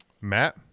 Matt